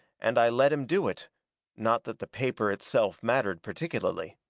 and i let him do it not that the paper itself mattered particularly.